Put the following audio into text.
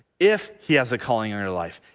if he has a calling in your life,